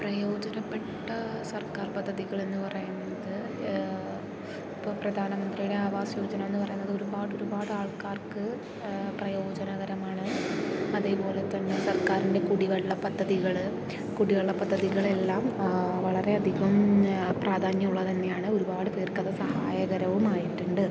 പ്രയോജനപ്പെട്ട സർക്കാർ പദ്ധതികൾ എന്ന് പറയുന്നത് ഇപ്പോൾ പ്രധാന മന്ത്രിയുടെ ആവാസ് യോജന എന്ന് പറയുന്നത് ഒരുപാട് ഒരുപാട് ആൾക്കാർക്ക് പ്രയോജനകരമാണ് അതേപോലെ തന്നെ സർക്കാരിൻ്റെ കുടിവെള്ള പദ്ധതികൾ കുടിവെള്ള പദ്ധതികളെല്ലാം വളരെ അധികം പ്രാധാന്യം ഉള്ളത് തന്നെയാണ് ഒരുപാട് പേർക്ക് അത് സഹായകരവും ആയിട്ടുണ്ട്